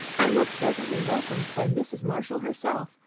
and were pleasantly welcomed by mrs. marshall herself,